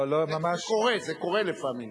לא לא, ממש, זה קורה, זה קורה לפעמים.